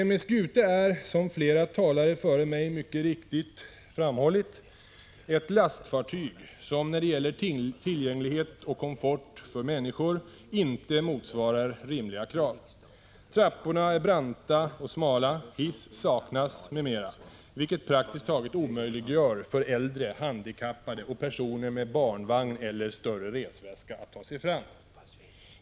m/s Gute är, som flera talare före mig mycket riktigt framhållit, ett lastfartyg som, när det gäller tillgänglighet och komfort för människor, inte motsvarar rimliga krav. Trapporna är branta och smala, hiss saknas m.m., vilket praktiskt taget omöjliggör för äldre, handikappade och personer med barnvagn eller större resväska att ta sig fram.